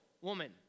woman